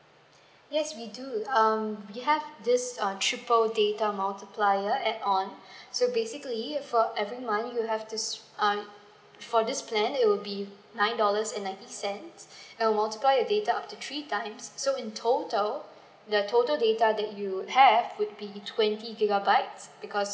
yes we do um we have this err triple data multiplier add on so basically for every month you have to sw uh for this plan it will be nine dollars and ninety cents uh multiply your data up to three times so in total the total data that you have will be twenty gigabytes because